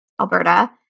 Alberta